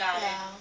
ya